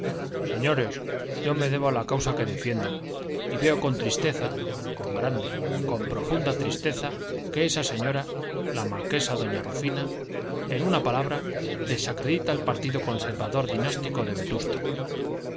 señores yo me debo a la causa que defiendo y veo con tristeza con grande con profunda tristeza que esa señora la marquesa doña rufina en una palabra desacredita el partido conservador dinástico de vetusta